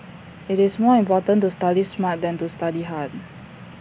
IT is more important to study smart than to study hard